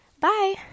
Bye